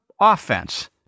offense